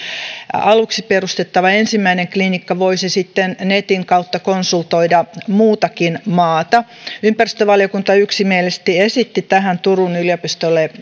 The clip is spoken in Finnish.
aluksi perustettava ensimmäinen klinikka voisi sitten netin kautta konsultoida muutakin maata ympäristövaliokunta yksimielisesti esitti tähän turun yliopistolle